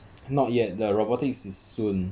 not yet the robotics is soon